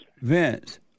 Vince